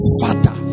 father